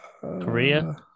Korea